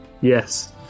Yes